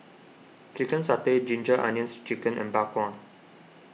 Chicken Satay Ginger Onions Chicken and Bak Kwa